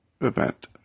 event